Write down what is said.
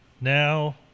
now